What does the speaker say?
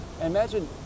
Imagine